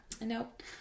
Nope